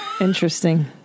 Interesting